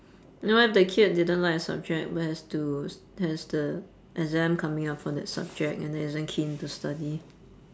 then what if the kid didn't like a subject where has to has the exam coming up for that subject and isn't keen to study